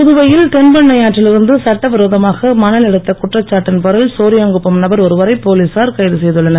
புதுவையில் தென்பெண்ணையாற்றில் இருந்து சட்டவிரோமாக மணல் எடுத்த குற்றச்சாட்டின் பேரில் சோரியாங்குப்பம் நபர் ஒருவரை போலீசார் கைது செய்துள்ளனர்